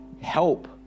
help